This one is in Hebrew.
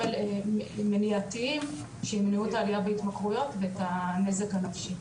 מניעתיים שימנעו את העלייה בהתמכרויות ואת הנזק הנפשי.